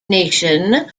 nation